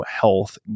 Health